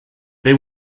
they